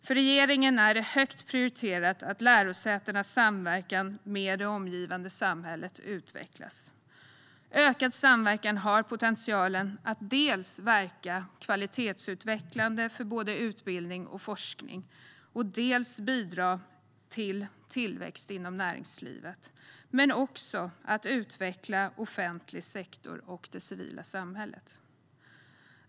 För regeringen är det högt prioriterat att lärosätenas samverkan med det omgivande samhället utvecklas. Ökad samverkan har potentialen att dels verka kvalitetsutvecklande för både utbildning och forskning, dels bidra till tillväxt inom näringslivet liksom att utveckla offentlig sektor och det civila samhället.